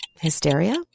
hysteria